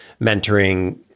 mentoring